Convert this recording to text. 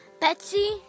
Betsy